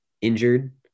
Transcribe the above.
injured